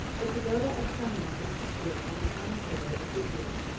the pagoda of sumnat was situate on the promontory of guzarat,